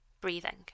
breathing